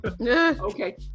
Okay